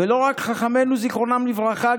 ולא רק חכמינו זיכרונם לברכה,